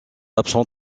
absent